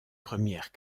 première